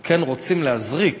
אנחנו כן רוצים להזריק